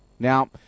Now